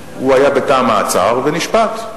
איפה הוא, הוא היה בתא המעצר, ונשפט.